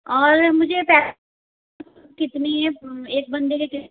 और मुझे कितनी है एक बंदे के